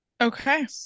Okay